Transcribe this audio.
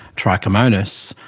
trichomonas,